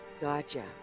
Gotcha